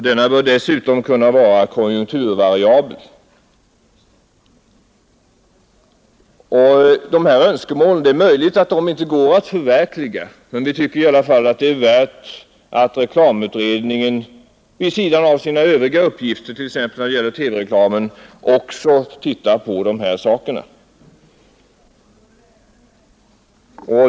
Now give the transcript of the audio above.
Denna bör dessutom kunna vara konjunkturvariabel.” Det är möjligt att dessa önskemål inte går att förverkliga, men vi finner det i alla fall angeläget att reklamutredningen vid sidan av sina övriga uppgifter t.ex. när det gäller TV-reklamen tittar även på dessa saker.